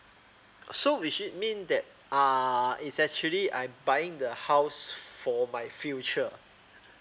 so which it mean that err is actually I buying the house for my future